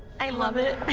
i love it! i